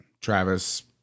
Travis